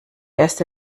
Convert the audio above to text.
erste